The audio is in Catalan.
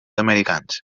americans